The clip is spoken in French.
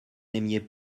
n’aimiez